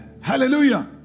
Hallelujah